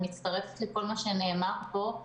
אני מצטרפת לכל מה שנאמר פה.